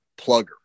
plugger